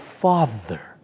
Father